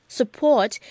support